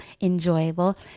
enjoyable